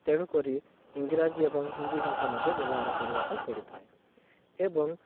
ତେଣୁ କରି ଇଂରାଜୀ ଏବଂ ହିନ୍ଦୀ ଭାଷା ମଧ୍ୟ ବ୍ୟବହାର କରିବା ପାଇଁ ପଡ଼ିଥାଏ ଏବଂ